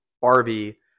barbie